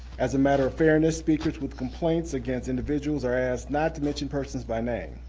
as a matter of fairness, speakers with complaints against individuals are asked not to mention persons by name.